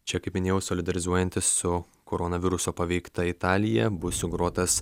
čia kaip minėjau solidarizuojantis su koronaviruso paveikta italija bus sugrotas